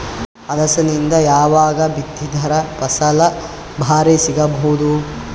ಅಲಸಂದಿ ಯಾವಾಗ ಬಿತ್ತಿದರ ಫಸಲ ಭಾರಿ ಸಿಗಭೂದು?